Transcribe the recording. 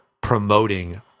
promoting